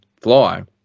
fly